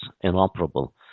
inoperable